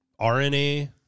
RNA